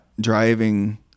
driving